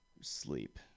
sleep